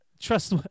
trust